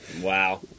wow